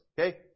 okay